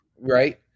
Right